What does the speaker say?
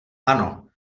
ano